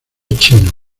chino